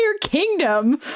kingdom